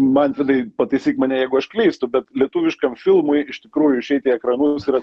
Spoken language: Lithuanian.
manvidai pataisyk mane jeigu aš klystu bet lietuviškam filmui iš tikrųjų išeit į ekranus yra